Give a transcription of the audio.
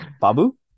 Babu